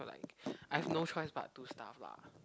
know like I've no choice but to starve lah